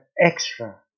extra